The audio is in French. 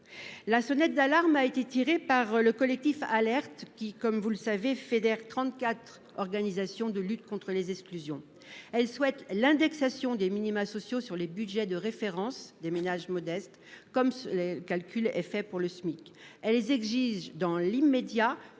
La sonnette d'alarme a été tirée par le collectif Alerte qui comme vous le savez, fédère 34 organisations de lutte contre les exclusions, elle souhaite l'indexation des minima sociaux sur les Budgets de référence des ménages modestes comme les calculs est fait pour le SMIC, elles exigent dans l'immédiat